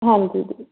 ਹਾਂਜੀ